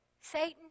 Satan